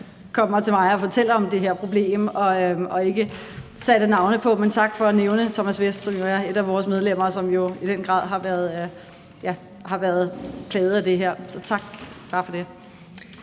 kommer til mig og fortæller om det her problem, og ikke satte navne på. Men tak for at nævne Thomas Vesth, som jo er et af vores medlemmer, og som i den grad har været plaget af det her. Bare tak for det.